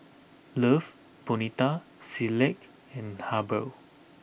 Love Bonito Similac and Habhal